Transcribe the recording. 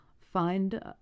find